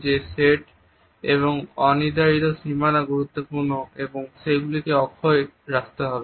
যে সেট এবং অনির্ধারিত সীমানা গুরুত্বপূর্ণ এবং সেগুলিকে অক্ষত রাখতে হবে